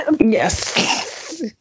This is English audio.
Yes